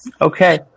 Okay